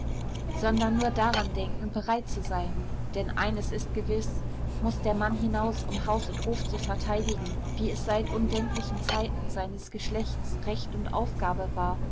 sondern nur daran denken bereit zu sein denn eines ist gewiß muß der mann hinaus um haus und hof zu verteidigen wie es seit undenklichen zeiten seines geschlechts recht und aufgabe war